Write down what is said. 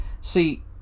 See